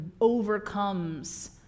overcomes